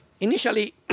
initially